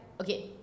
Okay